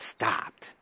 stopped